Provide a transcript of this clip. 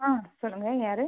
ஆ சொல்லுங்கள் யார்